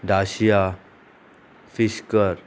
डाशिया फिशकर